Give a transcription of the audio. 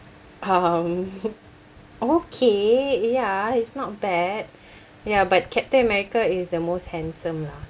um okay ya he's not bad ya but captain america is the most handsome lah